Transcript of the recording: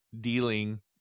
dealing